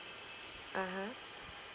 (uh huh)